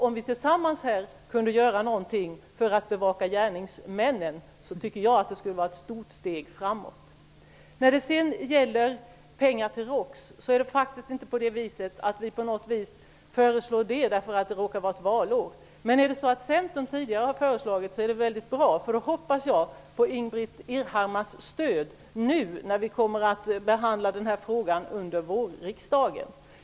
Om vi tillsammans kunde göra någonting för att se till att det är gärningsmannen som bevakas, tycker jag att det skulle vara ett stort steg framåt. Det är inte på något vis så att vi föreslår dessa 3 miljoner därför att det råkar vara ett valår. Men om Centern tidigare haft liknande förslag är det väldigt bra, för då hoppas jag på Ingbritt Irhammars stöd nu när vi kommer att behandla frågan under vårriksdagen.